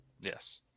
Yes